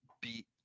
beat